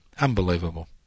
Unbelievable